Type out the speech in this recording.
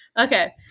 Okay